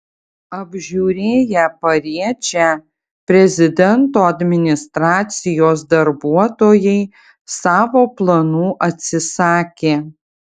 apžiūrėję pariečę prezidento administracijos darbuotojai savo planų atsisakė